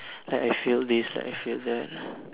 like I fail this like I fail that